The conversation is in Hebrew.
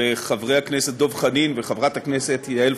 לחברי הכנסת דב חנין ויעל פארן.